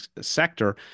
sector